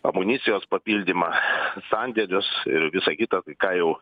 amunicijos papildymą sandėlius ir visa kita ką jau